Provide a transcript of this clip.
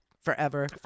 Forever